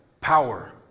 power